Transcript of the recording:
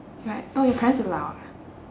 but oh your parents allow ah